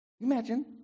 Imagine